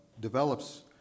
develops